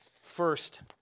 first